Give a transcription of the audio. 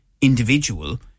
individual